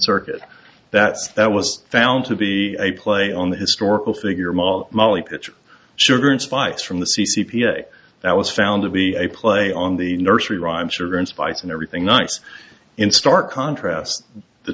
circuit that's that was found to be a play on the historical figure model molly pitcher sugar and spice from the c p a that was found to be a play on the nursery rhyme sugar and spice and everything nice in stark contrast the